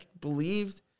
believed